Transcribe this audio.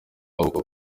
avuga